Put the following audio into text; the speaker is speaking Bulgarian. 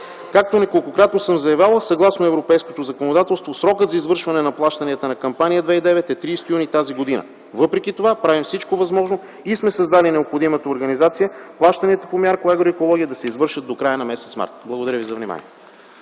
Както неколкократно съм заявявал, съгласно европейското законодателство срокът за извършване на плащанията на Кампания 2009 е 30 юни т.г. Въпреки това правим всичко възможно и сме създали необходимата организация плащанията по Мярка „Агроекология” да се извършат до края на м. март. Благодаря Ви за вниманието.